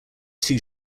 two